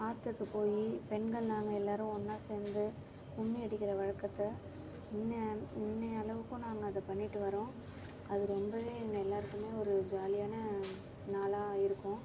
ஆற்றுக்கு போய் பெண்கள் நாங்கள் எல்லாரும் ஒன்றா சேர்ந்து கும்மி அடிக்கிற வழக்கத்தை இன்ன இன்றைய அளவுக்கும் நாங்கள் அதை பண்ணிட்டு வரோம் அது ரொம்பவே எங்கள் எல்லாருக்குமே ஒரு ஜாலியான நாளாக இருக்கும்